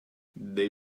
they